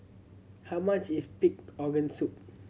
how much is pig organ soup